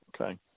Okay